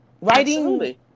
Writing